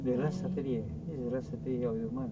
the last saturday eh this is the last saturday of the month